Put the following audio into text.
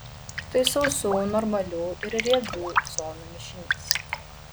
tai sausų normalių ir riebių zonų mišinys